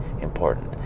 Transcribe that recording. important